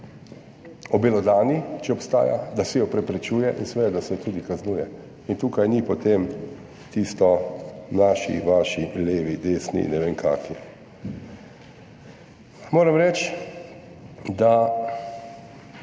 obelodani, če obstaja, da se jo preprečuje in seveda da se tudi kaznuje. In tukaj potem ni tistega: naši, vaši, levi, desni, ne vem, kakšni. Moram reči, da